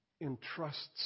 entrusts